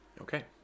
Okay